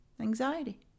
Anxiety